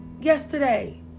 yesterday